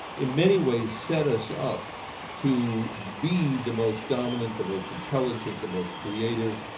in many ways, set us up to be the most dominant, the most intelligent, the most creative,